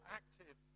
active